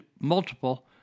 multiple